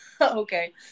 Okay